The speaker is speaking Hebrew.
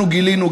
אנחנו גילינו,